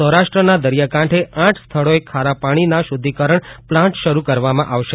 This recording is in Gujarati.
સૌરાષ્ટ્રના દરીયાકાંઠે આઠ સ્થળોએ ખારા પાણીના શુધ્ધીકરણ પ્લાન્ટ શરૂ કરવામાં આવશે